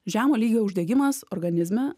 žemo lygio uždegimas organizme